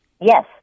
Yes